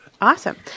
Awesome